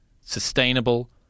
sustainable